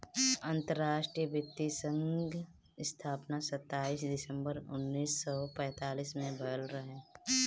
अंतरराष्ट्रीय वित्तीय संघ स्थापना सताईस दिसंबर उन्नीस सौ पैतालीस में भयल रहे